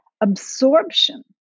absorption